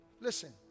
Listen